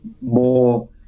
more